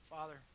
Father